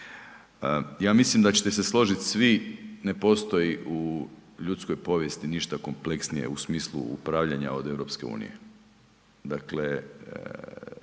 Ja mislim da ćete se složiti svi, ne postoji u ljudskoj povijesti ništa kompleksnije u smislu upravljanja od EU. Dakle,